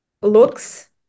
looks